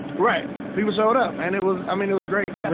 right, people showed up and it was. i mean it was great,